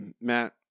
Matt